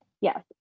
yes